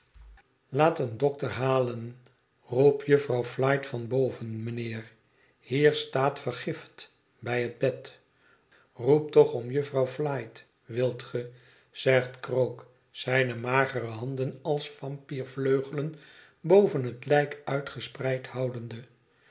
laat een dokter halen roep jufvrouw flite van boven mijnheer hier staat vergift bij het bed roep toch om jufvrouw flite wilt ge zegt krook zijne magere handen als vampyr vleugelen boven het lijk uitgespreid houdende